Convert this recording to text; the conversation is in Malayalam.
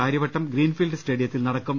കാര്യവട്ടം ഗ്രീൻഫീൽഡ് സ്റ്റേഡിയത്തിൽ നടക്കും